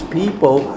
people